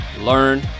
learn